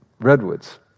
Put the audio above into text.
Redwoods